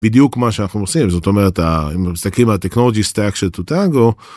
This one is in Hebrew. בדיוק מה שאנחנו עושים זאת אומרת אם מסתכלים על טכנולוגי סטאק של טוטאנגו.